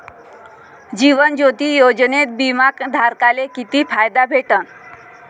जीवन ज्योती योजनेत बिमा धारकाले किती फायदा भेटन?